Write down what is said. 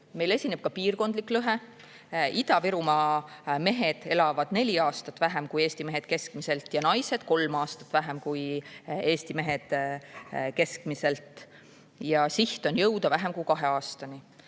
meil esineb ka piirkondlik lõhe. Ida-Virumaa mehed elavad neli aastat vähem kui Eesti mehed keskmiselt ja naised kolm aastat vähem kui Eesti [naised] keskmiselt. Siht on jõuda vähem kui kahe aastani.